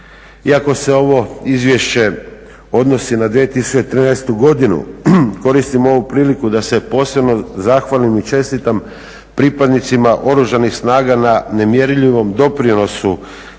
Iako se ovo izvješće odnosi na 2013. godinu koristim ovu priliku da se posebno zahvalim i čestitam pripadnicima Oružanih snaga na nemjerljivom doprinosu